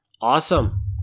Awesome